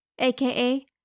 AKA